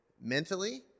mentally